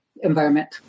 environment